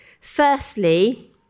Firstly